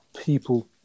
people